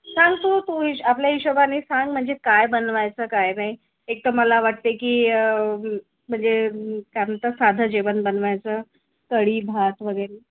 सांग तू हिश आपल्या हिशोबाने सांग म्हणजे काय बनवायचं काय नाही एक तर मला वाटते की म्हणजे काय म्हणतात साधं जेवण बनवायचं कडी भात वगैरे